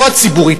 לא הציבורית,